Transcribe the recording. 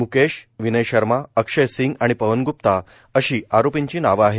म्केश विनय शर्मा अक्षय सिंग आणि पवन ग्प्ता अशी आरोपींची नावं आहेत